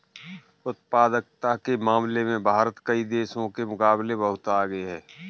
उत्पादकता के मामले में भारत कई देशों के मुकाबले बहुत आगे है